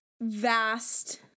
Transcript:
vast